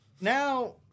now